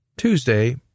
Tuesday